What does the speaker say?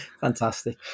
Fantastic